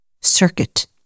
circuit